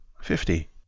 Fifty